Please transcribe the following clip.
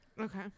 okay